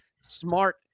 smart